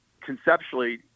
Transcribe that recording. conceptually